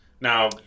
Now